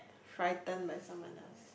frightened by someone else